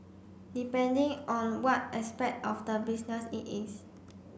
depending on what aspect of the business it is